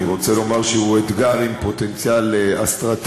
אני רוצה לומר שהוא אתגר עם פוטנציאל אסטרטגי,